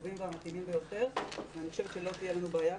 הטובים והמתאימים ביותר ואני חושבת שלא תהיה לנו בעיה.